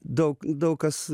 daug daug kas